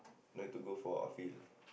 no need to go for out field